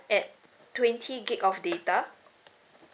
at twenty G_B of data